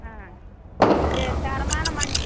ஆ சேர் தரமான மஞ்